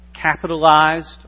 capitalized